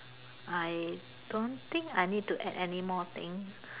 I don't think I need to add any more thing